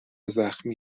زخمی